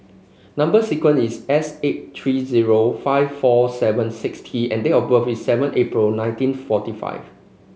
number sequence is S eight three zero five four seven six T and date of birth is seven April nineteen forty five